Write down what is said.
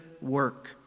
work